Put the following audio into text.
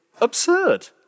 absurd